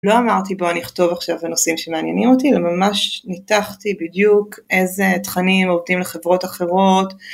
לא אמרתי בוא נכתוב עכשיו בנושאים שמעניינים אותי, אלא ממש ניתחתי בדיוק איזה תכנים עובדים לחברות אחרות.